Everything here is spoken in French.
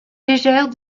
légère